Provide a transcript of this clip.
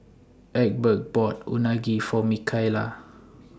Egbert bought Unagi For Mikayla